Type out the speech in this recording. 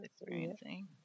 experiencing